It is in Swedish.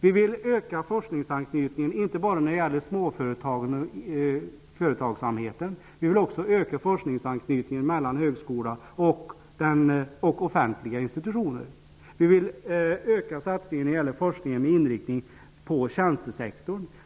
Vi vill öka forskningsanknytningen, inte bara när det gäller småföretagsamheten. Vi vill också öka forskningsanknytningen mellan högskola och offentliga institutioner. Vi vill öka satsningen när det gäller forskningen med inriktning på tjänstesektorn.